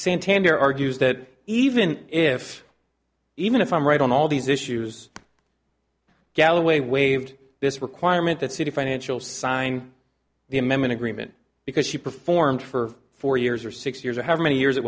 santander argues that even if even if i'm right on all these issues galloway waived this requirement that citi financial sign the amendment agreement because she performed for four years or six years or however many years it